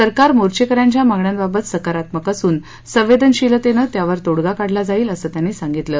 सरकार मोर्चेकन्यांच्या मागण्यांबाबत सकारात्मक असून संवेदनशीलतेने त्यावर तोडगा काढला जाईल असं त्यांनी सांगितलं